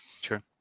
Sure